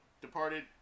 Departed